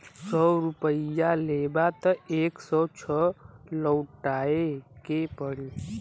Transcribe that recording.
सौ रुपइया लेबा त एक सौ छह लउटाए के पड़ी